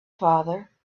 father